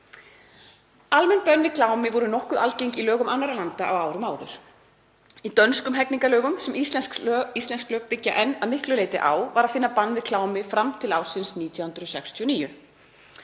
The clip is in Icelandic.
Almenn bönn við klámi voru nokkuð algeng í lögum annarra landa á árum áður. Í dönskum hegningarlögum, sem íslensk lög byggja enn að miklu leyti á, var að finna bann við klámi fram til ársins 1969.